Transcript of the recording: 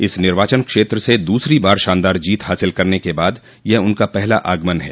इस निर्वाचन क्षेत्र से दूसरी बार शानदार जीत हासिल करने के बाद यह उनका पहला आगमन है